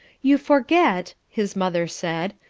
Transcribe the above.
you forget, his mother said,